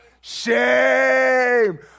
Shame